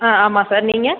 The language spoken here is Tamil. ஆ ஆமாம் சார் நீங்கள்